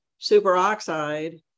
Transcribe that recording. superoxide